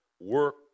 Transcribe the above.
Work